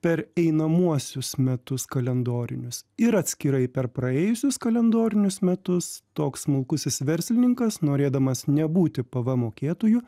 per einamuosius metus kalendorinius ir atskirai per praėjusius kalendorinius metus toks smulkusis verslininkas norėdamas nebūti pvm mokėtoju